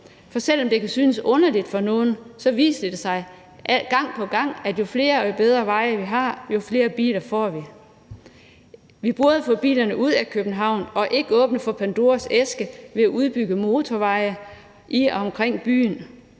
For selv om det kan synes underligt for nogle, viser det sig gang på gang, at jo flere og bedre veje vi har, jo flere biler får vi. Vi burde få bilerne ud af København og ikke åbne for Pandoras æske ved at udbygge motorveje i og omkring byen.